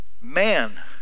man